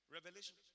Revelation